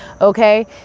Okay